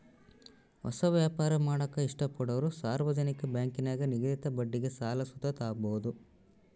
ಹೊಸ ವ್ಯಾಪಾರ ಮಾಡಾಕ ಇಷ್ಟಪಡೋರು ಸಾರ್ವಜನಿಕ ಬ್ಯಾಂಕಿನಾಗ ನಿಗದಿತ ಬಡ್ಡಿಗೆ ಸಾಲ ಸುತ ತಾಬೋದು